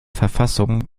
verfassung